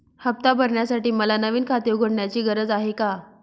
हफ्ता भरण्यासाठी मला नवीन खाते उघडण्याची गरज आहे का?